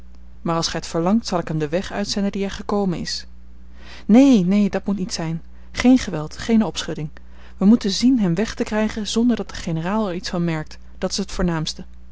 maar als gij t verlangt zal ik hem den weg uitzenden dien hij gekomen is neen neen dat moet niet zijn geen geweld geene opschudding wij moeten zien hem weg te krijgen zonder dat de generaal er iets van merkt dat is het voornaamste